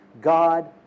God